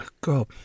god